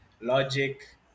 logic